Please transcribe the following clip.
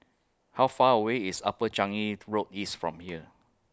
How Far away IS Upper Changi's Road East from here